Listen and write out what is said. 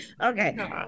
Okay